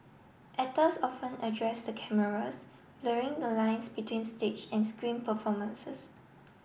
actors often addressed the cameras blurring the lines between stage and screen performances